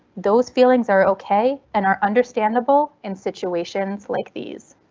those feelings are ok and are understandable in situations like these.